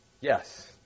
Yes